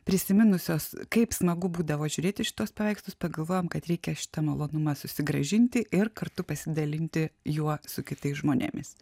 prisiminusios kaip smagu būdavo žiūrėti šituos paveikslus pagalvojom kad reikia šitą malonumą susigrąžinti ir kartu pasidalinti juo su kitais žmonėmis